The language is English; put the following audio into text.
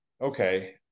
okay